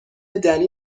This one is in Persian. دنی